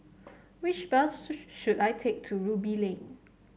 which bus show should I take to Ruby Lane